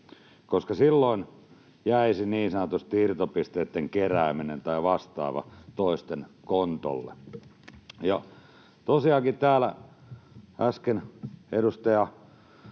koska silloin jäisi niin sanotusti irtopisteitten kerääminen tai vastaava toisten kontolle. Tosiaankin täällä äsken edustaja